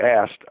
asked